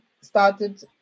started